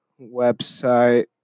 website